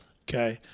Okay